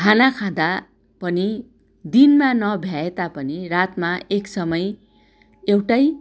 खाना खाँदा पनि दिनमा नभ्याए तापनि रातमा एक समय एउटै